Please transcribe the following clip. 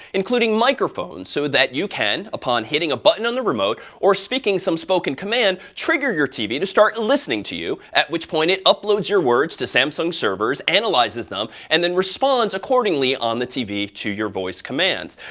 including microphones, so that you can, upon hitting a button on the remote or speaking some spoken command, trigger your tv to start listening to you, at which point, it uploads your words to samsung servers, analyzes them, and then responds accordingly on the tv to your voice commands.